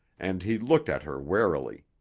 and he looked at her warily.